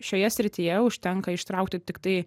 šioje srityje užtenka ištraukti tiktai